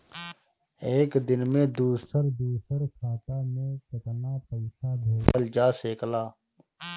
एक दिन में दूसर दूसर खाता में केतना पईसा भेजल जा सेकला?